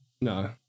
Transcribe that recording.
no